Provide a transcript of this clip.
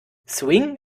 swing